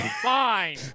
Fine